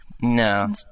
No